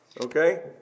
okay